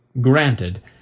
Granted